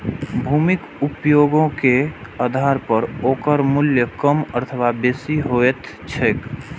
भूमिक उपयोगे के आधार पर ओकर मूल्य कम अथवा बेसी होइत छैक